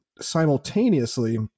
simultaneously